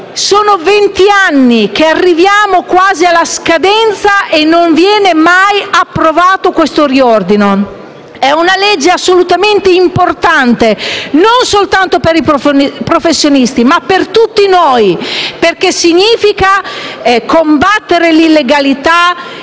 Sono vent'anni che arriviamo quasi alla scadenza e il riordino non viene mai approvato. È una legge assolutamente importante, non soltanto per i professionisti, ma per tutti noi, perché significa combattere l'illegalità